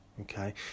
Okay